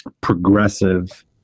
progressive